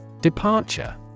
Departure